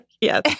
Yes